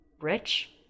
rich